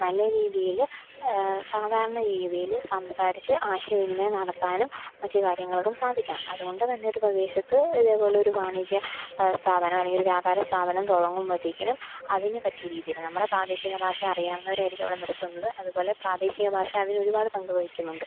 നല്ല രീതിയിൽ സാധാരണ രീതിയിൽ സംസാരിച്ച് ആശയവിനിമയം നടത്താനും മറ്റ് കാര്യങ്ങള്ക്കും സാധിക്കണം അതുകൊണ്ടുതന്നെ ഒരു പ്രദേശത്ത് ഇതേപോലെയൊരു വാണിജ്യ സ്ഥാപനം അല്ലെങ്കിലൊരു വ്യാപാരസ്ഥാപനം തുടങ്ങുമ്പോഴത്തേക്കിനും അതിന് പറ്റിയ രീതിയിൽ നമ്മുടെ പ്രാദേശിക ഭാഷ അറിയാവുന്നവരെയായിരിക്കും അവിടെ നിര്ത്തുന്നത് അതുപോലെ പ്രാദേശിക ഭാഷ അതിനൊരുപാട് പങ്ക് വഹിക്കുന്നുണ്ട്